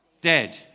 Dead